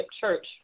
Church